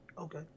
Okay